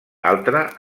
altre